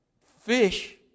fish